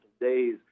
days